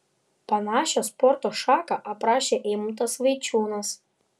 panašią sporto šaką aprašė eimuntas vaičiūnas